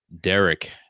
Derek